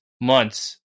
months